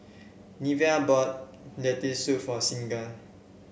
Neva bought Lentil Soup for Signa